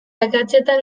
akatsetan